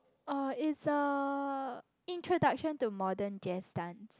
oh it's the introduction to modern jazz dance